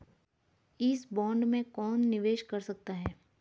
इस बॉन्ड में कौन निवेश कर सकता है?